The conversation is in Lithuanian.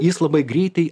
jis labai greitai